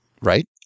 right